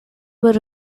were